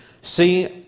See